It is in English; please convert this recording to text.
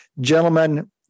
Gentlemen